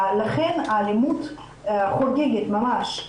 לכן האלימות חוגגת ממש,